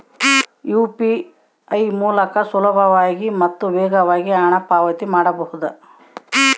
UPI ಮೂಲಕ ಸುಲಭವಾಗಿ ಮತ್ತು ವೇಗವಾಗಿ ಹಣ ಪಾವತಿ ಮಾಡಬಹುದಾ?